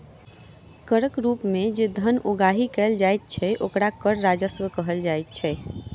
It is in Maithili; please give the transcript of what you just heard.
करक रूप मे जे धन उगाही कयल जाइत छै, ओकरा कर राजस्व कहल जाइत छै